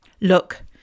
Look